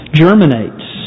germinates